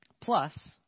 Plus